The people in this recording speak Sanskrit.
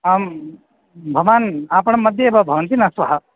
आं भवान् आपणं मध्ये एव भवन्ति न श्वः